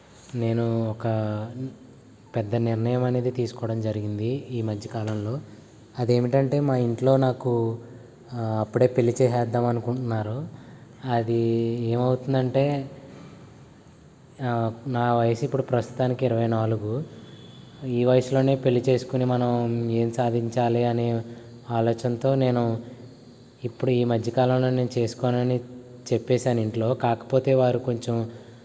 నేను ఒక పెద్ద నిర్ణయం అనేది తీసుకోవడం జరిగింది ఈ మధ్యకాలంలో అది ఏమిటంటే మా ఇంట్లో నాకు అప్పుడే పెళ్ళి చేసేద్దాం అనుకుంటున్నారు అది ఏమి అవుతుందంటే నా వయసు ఇప్పుడు ప్రస్తుతానికి ఇరవై నాలుగు ఈ వయసులో పెళ్ళి చేసుకుని మనం ఏం సాధించాలి అని ఆలోచనతో నేను ఇప్పుడు ఈ మధ్యకాలంలో నేను చేసుకోనని చెప్పినాను ఇంట్లో కాకపోతే వారు కొంచెం